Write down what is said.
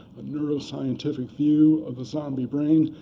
a neuroscientific view of the zombie brain,